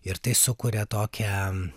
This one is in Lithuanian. ir tai sukuria tokią